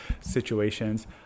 situations